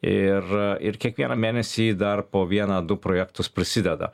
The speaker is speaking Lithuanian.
ir ir kiekvieną mėnesį dar po vieną du projektus prisideda